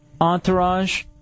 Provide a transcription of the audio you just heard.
Entourage